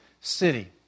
city